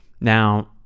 Now